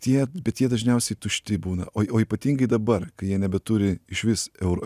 tie bet jie dažniausiai tušti būna o o ypatingai dabar kai jie nebeturi išvis euro